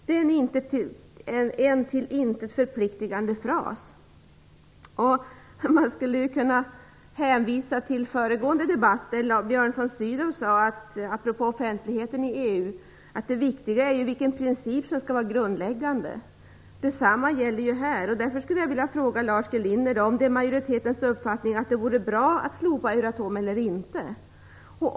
Det är en till intet förpliktigande fras. Man skulle kunna hänvisa till föregående debatt, där Björn von Sydow apropå offentligheten i EU sade att det viktiga är vilken princip som skall vara grundläggande. Detsamma gäller ju här. Därför vill jag fråga Lars G Linder om det är majoritetens uppfattning att det vore bra att slopa Euratom eller inte.